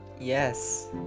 yes